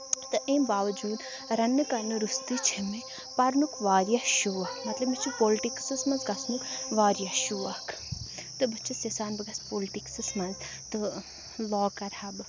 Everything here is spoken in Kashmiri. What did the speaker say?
تہٕ ایٚمۍ باوجوٗد رَنٛنہٕ کَرنہٕ رُستہٕ چھِ مےٚ پَرنُک وارِیاہ شوق مطلب مےٚ چھُ پولٹِکسَس منٛز گژھنُک وارِیاہ شوق تہٕ بہٕ چھَس یَژھان بہٕ گژھٕ پولٹِکسَس منٛز تہٕ لا کَرٕ ہا بہٕ